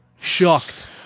shocked